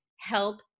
help